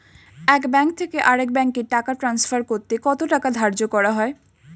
এক ব্যাংক থেকে আরেক ব্যাংকে টাকা টান্সফার করতে কত টাকা ধার্য করা হয়?